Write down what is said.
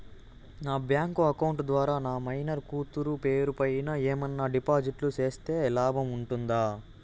నా bank account ద్వారా నా మైనర్ కూతురు పేరు పైన ఏమన్నా డిపాజిట్లు సేస్తే లాభం ఉంటుందా?